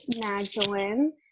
Magdalene